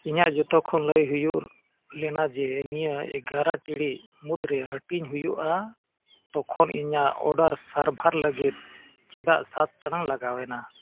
ᱤᱧᱟᱹᱜ ᱡᱚᱛᱚ ᱠᱷᱚᱱ ᱞᱟᱹᱭ ᱦᱩᱭᱩᱜ ᱞᱮᱱᱟ ᱡᱮ ᱱᱤᱭᱟᱹ ᱮᱜᱟᱨᱳ ᱴᱤᱬᱤᱡ ᱢᱩᱫᱽ ᱨᱮ ᱦᱟᱹᱴᱤᱧ ᱦᱩᱭᱩᱜᱼᱟ ᱛᱚᱠᱷᱚᱱ ᱤᱧᱟᱹᱜ ᱥᱟᱨᱵᱷᱟᱨ ᱞᱟᱹᱜᱤᱫ ᱪᱮᱫᱟᱜ ᱥᱟᱛ ᱴᱟᱲᱟᱝ ᱞᱟᱜᱟᱣᱮᱱᱟ